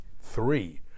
Three